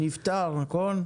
הוא נפטר, נכון?